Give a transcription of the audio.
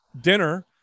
dinner